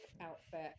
outfit